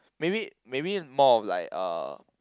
maybe maybe more of like uh